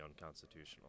unconstitutional